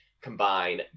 combine